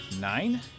nine